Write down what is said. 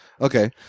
Okay